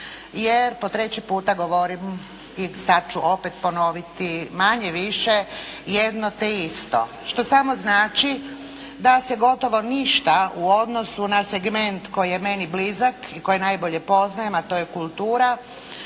jer po treći puta govorim i sad ću opet ponoviti manje-više jedno te isto, što samo znači da se gotovo ništa u odnosu na segment koji je meni blizak i koji najbolje poznajem a to je kultura,